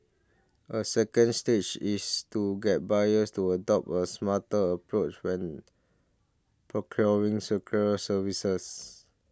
a second stage is to get buyers to adopt a smarter approach when procuring secure services